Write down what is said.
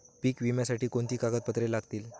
पीक विम्यासाठी कोणती कागदपत्रे लागतील?